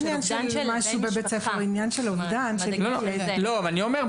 אני אומר,